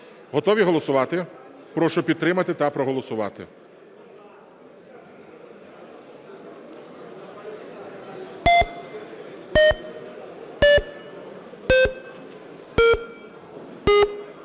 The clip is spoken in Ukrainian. Готові голосувати? Прошу підтримати та проголосувати.